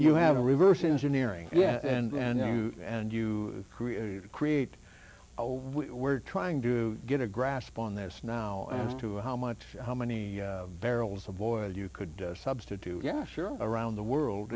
you have a reverse engineering yeah and then you and you create a we were trying to get a grasp on this now as to how much how many barrels of oil you could substitute yeah sure around the world